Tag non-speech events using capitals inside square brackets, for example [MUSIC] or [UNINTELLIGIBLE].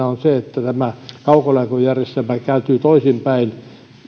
[UNINTELLIGIBLE] on se että tämä kaukolämpöjärjestelmä kääntyy toisinpäin